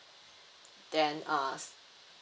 then uh